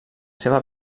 seva